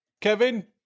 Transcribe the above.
Kevin